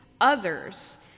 others